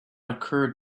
occurred